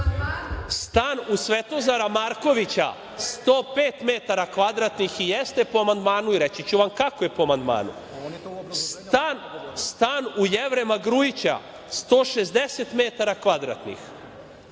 Stan u Svetozara Markovića 105 metara kvadratnih. I jeste po amandmanu i reći ću vam kako je po amandmanu. Stan u Jevrema Grujića 160 metara kvadratnih.